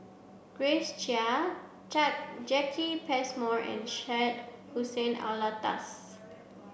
Grace Chia Jacki Passmore and Syed Hussein Alatas